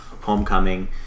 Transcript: Homecoming